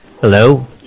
Hello